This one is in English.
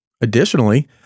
Additionally